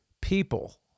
people